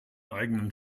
eigenen